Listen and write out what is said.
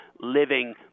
living